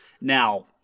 now